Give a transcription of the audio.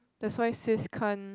that's why sis can't